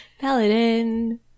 paladin